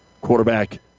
quarterback